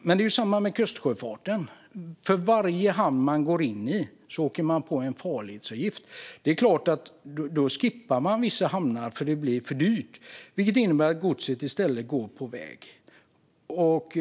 Det är samma sak med kustsjöfarten. För varje hamn man går in i åker man på en farledsavgift. Det är klart att man då skippar vissa hamnar eftersom det blir för dyrt. Det innebär att godset i stället går på väg. Det är inte bra.